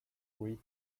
three